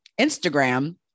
Instagram